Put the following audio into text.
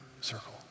circle